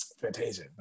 Fantasia